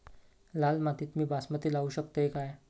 लाल मातीत मी बासमती लावू शकतय काय?